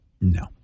No